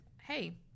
hey